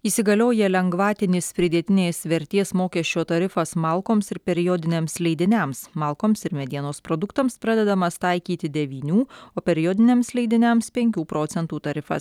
įsigalioja lengvatinis pridėtinės vertės mokesčio tarifas malkoms ir periodiniams leidiniams malkoms ir medienos produktams pradedamas taikyti devynių o periodiniams leidiniams penkių procentų tarifas